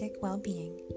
Well-Being